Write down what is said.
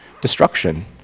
destruction